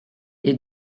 est